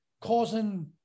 causing